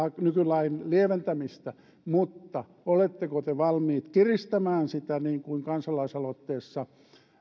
nykylain lieventämistä mutta oletteko te valmiit kiristämään sitä niin kuin kansalaisaloitteessa